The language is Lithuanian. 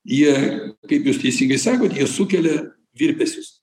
jie kaip jūs teisingai sakot jie sukelia virpesius